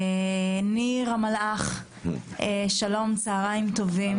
ניר המלאך, שלום וצוהריים טובים.